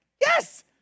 Yes